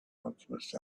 alchemist